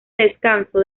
descanso